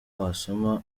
wasoma